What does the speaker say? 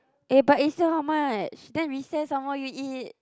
eh but is still how much then recess some more you eat